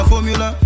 Formula